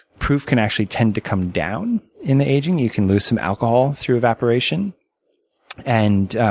proof can actually tend to come down in the aging. you can lose some alcohol through evaporation and